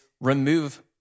remove